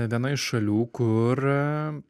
viena iš šalių kur